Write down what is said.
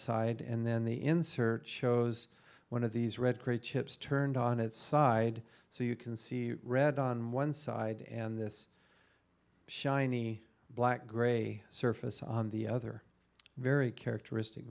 side and then the insert shows one of these red great chips turned on its side so you can see red on one side and this shiny black gray surface on the other very characteristic